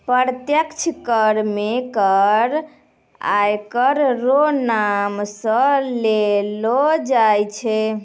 अप्रत्यक्ष कर मे कर आयकर रो नाम सं लेलो जाय छै